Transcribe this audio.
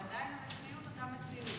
אבל עדיין המציאות היא אותה מציאות.